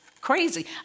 crazy